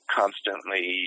constantly